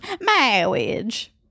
Marriage